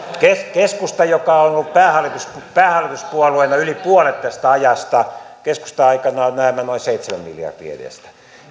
keskustan joka on ollut päähallituspuolueena yli puolet tästä ajasta aikana on myyty näemmä noin seitsemän miljardin edestä